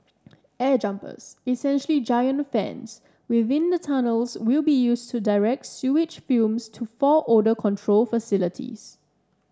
air jumpers essentially giant fans within the tunnels will be used to direct sewage fumes to four odour control facilities